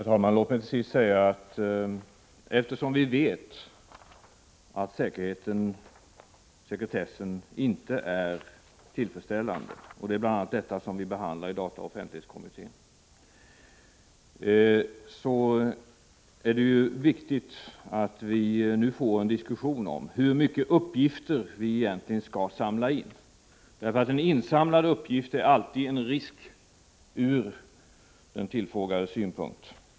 Herr talman! Låt mig till sist säga att eftersom vi vet att säkerheten och sekretessen inte är tillfredsställande — det är bl.a. detta som vi diskuterar i dataoch offentlighetskommittén — så är det ju viktigt att vi nu får en diskussion om hur mycket uppgifter vi egentligen skall samla in. Insamlade uppgifter innebär alltid en risk ur den tillfrågades synpunkt.